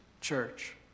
church